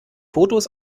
fotos